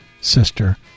Sister